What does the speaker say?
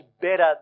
better